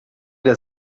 der